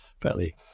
fairly